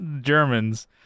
Germans